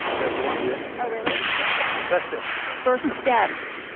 there's one here oh, really? which one? first step first steps,